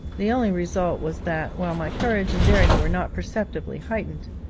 the only result was that, while my courage and daring were not perceptibly heightened,